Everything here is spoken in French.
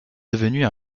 devenue